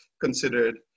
considered